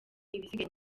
ibisigaye